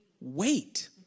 wait